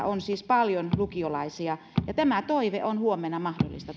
on siis paljon lukiolaisia ja tämä toive on huomenna mahdollista